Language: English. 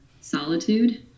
solitude